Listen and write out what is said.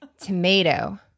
Tomato